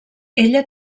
ella